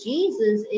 Jesus